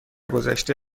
گذشته